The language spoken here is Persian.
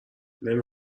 نمی